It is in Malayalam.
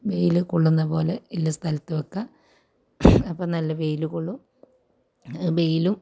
വെയിൽ കൊള്ളുന്നത് പോലെ ഉള്ള സ്ഥലത്ത് വയ്ക്കുക അപ്പോൾ നല്ല വെയിൽ കൊള്ളും വെയിലും